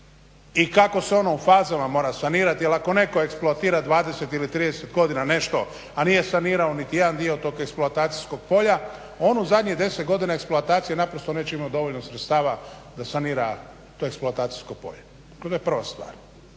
i kako se ono u fazama mora sanirati jer ako netko eksploatira 20 ili 30 godina nešto, a nije sanirao niti jedan dio tog eksploatacijskog polja on u zadnjih deset godina eksploatacije naprosto neće imati dovoljno sredstava da sanira to eksploatacijsko polje. To je prva stvar.